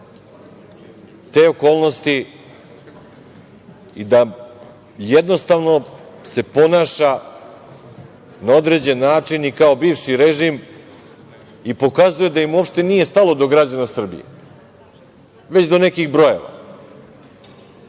te okolnosti i da jednostavno se ponaša na određen način i kao bivši režim i pokazuje da im uopšte nije stalo do građana Srbije, već do nekih brojeva,